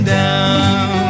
down